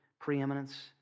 preeminence